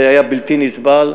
זה היה בלתי נסבל.